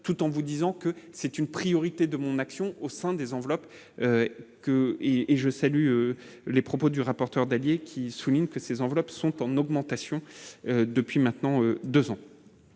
tout en vous disant que c'est une priorité de mon action au sein des enveloppes que et et je salue les propos du rapporteur d'alliés qui souligne que ces enveloppes sont en augmentation depuis maintenant 2 ans,